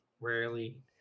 Rarely